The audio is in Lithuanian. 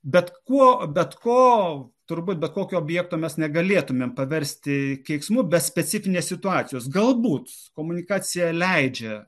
bet kuo bet ko turbūt be kokio objekto mes negalėtumėm paversti keiksmu be specifinės situacijos galbūt komunikacija leidžia